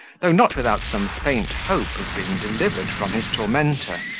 though not without some faint hope of being delivered from his tormentor,